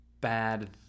bad